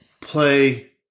play